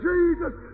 Jesus